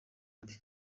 mbi